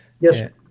Yes